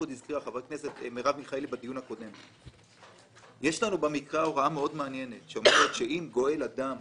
יש לנו במקרא הוראה מאוד מעניינת שאומרת שאם גואל הדם,